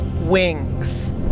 wings